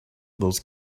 those